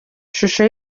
shusho